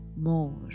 more